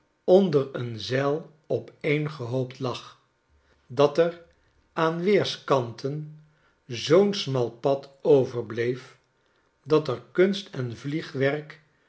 onder een zeil opeengehoopt lag dat er aan weerskanten zoo'n smal pad overbleef dat er kunst en vliegwerk